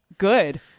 good